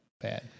bad